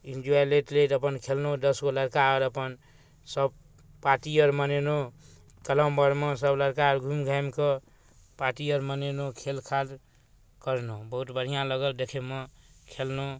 enjoy लैत लैत अपन खेललहुँ दसगो लड़का आओर अपन सभ पार्टी आओर मनेलहुँ कलम आओरमे सभ लड़का घुमि घामिकऽ पार्टी आओर मनेलहुँ खेल खाल करलहुँ बहुत बढ़िआँ लागल देखैमे खेललहुँ